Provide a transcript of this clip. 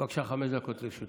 בבקשה, חמש דקות לרשותך.